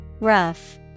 Rough